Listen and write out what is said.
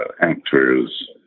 actors